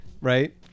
right